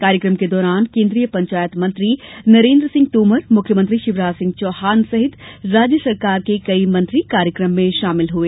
कार्यक्रम के दौरान केन्द्रीय पंचायत मंत्री नरेन्द्रसिंह तोमर मुख्यमंत्री शिवराज सिंह चौहान सहित राज्यशासन के कई मंत्री कार्यक्रम में शामिल हुए